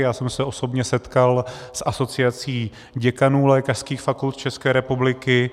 Já jsem se osobně setkal s Asociací děkanů lékařských fakult České republiky.